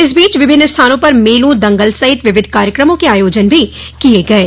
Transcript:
इस बीच विभिन्न स्थानों पर मेलों दंगल सहित विविध कार्यक्रमों के आयोजन भी किये गये